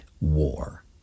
war